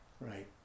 Right